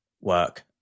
work